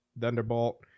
Thunderbolt